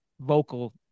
vocal